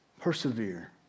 Persevere